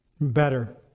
better